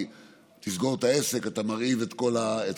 כי אם תסגור את העסק אתה מרעיב את כל האזור,